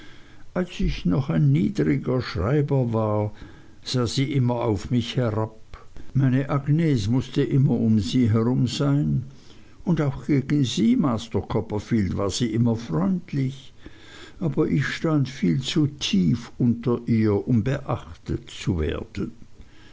als ich noch ein niedriger schreiber war sah sie immer auf mich herab meine agnes mußte immer um sie herum sein und auch gegen sie master copperfield war sie immer freundlich aber ich stand viel zu tief unter ihr um beachtet zu werden